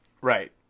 Right